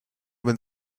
when